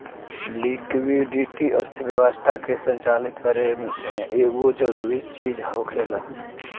liquidity अर्थव्यवस्था के संचालित करे में एगो जरूरी चीज होखेला